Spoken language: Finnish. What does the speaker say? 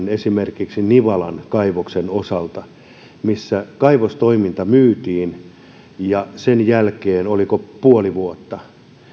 esimerkiksi nivalan kaivoksen osalta missä kaivostoiminta myytiin ja sen jälkeen oliko puoli vuotta